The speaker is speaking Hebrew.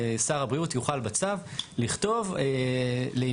שר הבריאות יוכל בצו לכתוב "לעניין